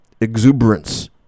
exuberance